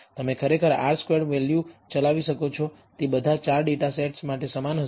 તમે ખરેખર r squared value ચલાવી શકો છો તે બધા 4 ડેટા સેટ્સ માટે સમાન હશે